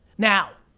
now,